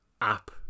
app